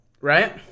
right